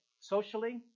Socially